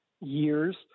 years